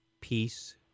peace